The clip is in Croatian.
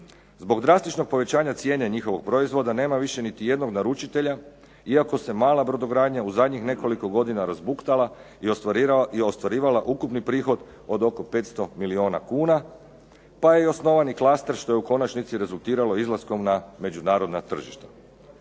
Zbog drastičnog povećanja cijene njihovog proizvoda nema više niti jednog naručitelja iako se mala brodogradnja u zadnjih nekoliko godina razbuktala i ostvarivala ukupni prihod od oko 500 milijuna kuna, pa je osnovan i klaster što je u konačnici rezultiralo izlaskom na međunarodna tržišta.